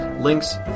links